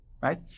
right